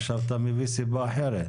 עכשיו אתה מביא סיבה אחרת.